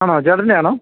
ആണോ ചേട്ടൻ്റെയാണോ